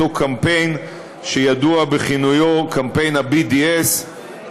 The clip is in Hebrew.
אותו קמפיין שידוע בכינויו קמפיין ה-BDS,